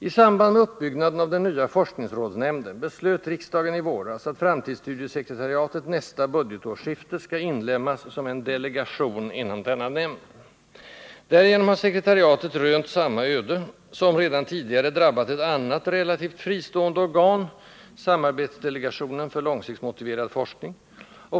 I samband med uppbyggnaden av den nya forskningsrådsnämnden beslöt riksdagen i våras att framtidsstudiesekretariatet nästa budgetårsskifte skall inlemmas som en ”delegation” inom denna nämnd. Därigenom har sekretariatet rönt samma öde som redan tidigare drabbat ett annat relativt fristående organ, samarbetsdelegationen för långsiktsmotiverad forskning.